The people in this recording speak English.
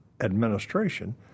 administration